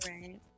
Right